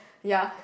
ya